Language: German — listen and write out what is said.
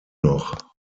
noch